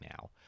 now